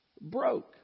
broke